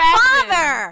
father